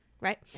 right